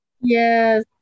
Yes